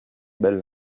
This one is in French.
belle